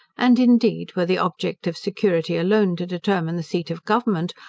and, indeed, were the object of security alone to determine the seat of government,